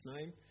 name